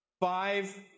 Five